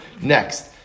Next